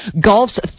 Golf's